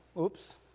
Oops